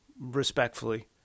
respectfully